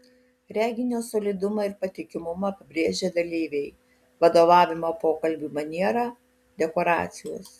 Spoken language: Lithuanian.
reginio solidumą ir patikimumą pabrėžia dalyviai vadovavimo pokalbiui maniera dekoracijos